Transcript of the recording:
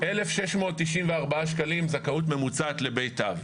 1,694 שקלים זכאות ממוצעת לבית אב.